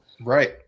right